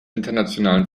internationalen